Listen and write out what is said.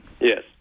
Yes